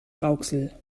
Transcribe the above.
rauxel